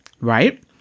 right